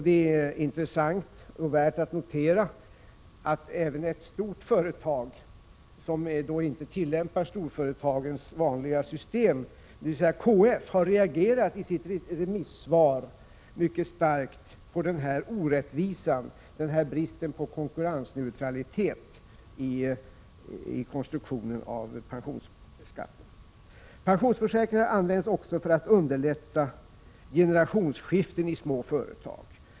Det är intressant och värt att notera att även ett stort företag, som inte tillämpar storföretagens vanliga system, dvs. KF, i sitt remissvar har reagerat mycket starkt mot den här orättvisan, den här bristen på konkurrensneutralitet i pensionsskattens konstruktion. Pensionsförsäkringar används också för att underlätta generationsskiften i små företag.